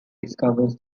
discovers